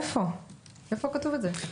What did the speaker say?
איפה כתוב את זה?